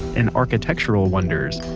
and architectural wonders.